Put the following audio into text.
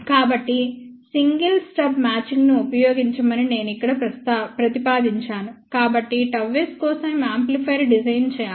కాబట్టి single stub మ్యాచింగ్ను ఉపయోగించమని మేము ఇక్కడ ప్రతిపాదించాము కాబట్టిΓS కోసం యాంప్లిఫైయర్ డిజైన్ చేయాలి